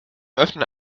öffnen